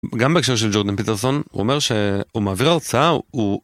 גם בהקשר של ג'ורדן פיטרסון הוא אומר שכשהוא מעביר הרצאה הוא.